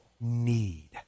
need